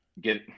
get